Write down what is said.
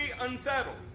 unsettled